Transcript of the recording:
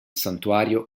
santuario